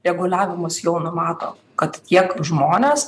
reguliavimas jau numato kad tiek žmonės